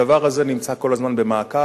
הדבר הזה נמצא כל הזמן במעקב.